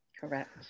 correct